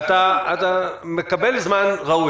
כי בחל"ת אתה זכאי לדמי אבטלה בערך בגובה של 70% ונתנו להם דלתא,